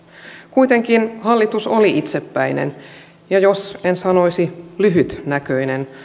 kuitenkin hallitus oli itsepäinen jos en sanoisi lyhytnäköinen